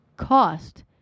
cost